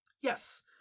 Yes